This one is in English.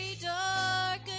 dark